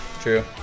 True